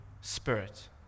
Spirit